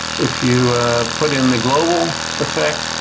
if you put in the global effect,